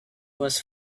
was